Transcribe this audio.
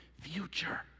future